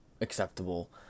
acceptable